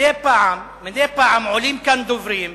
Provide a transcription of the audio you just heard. מדי פעם עולים כאן דוברים,